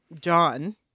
John